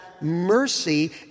mercy